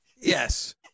Yes